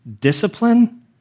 discipline